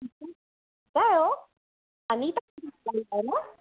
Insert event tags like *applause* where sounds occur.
*unintelligible* ठीकु आयो अनिता *unintelligible* था ॻाल्हायो न